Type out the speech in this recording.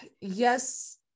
yes